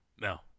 No